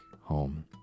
home